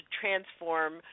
transform